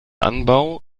anbau